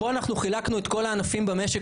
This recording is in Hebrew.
פה אנחנו חילקנו את כל הענפים במשק